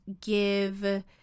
give